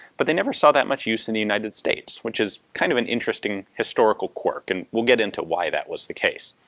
but they never saw that much use in the united states, which is kind of an interesting historical quirk, and we'll get into why that was the case.